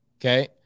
Okay